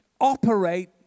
operate